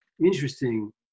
interesting